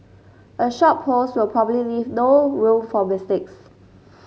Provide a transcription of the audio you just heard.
a short post will probably leave no room for mistakes